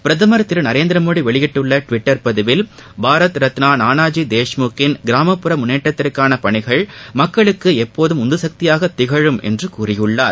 பிரதமர் திரு நரேந்திரமோடி வெளியிட்டுள்ள டுவிட்டர் பதிவில் பாரத் ரத்னா நானாஜி தேஷ்முக்கின் கிராமப்புற முன்னேற்றத்திற்கான பணிகள் மக்களுக்கு எப்போதம் உந்துசக்தியாக திகழும் என்று கூறியுள்ளார்